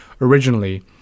originally